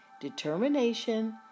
determination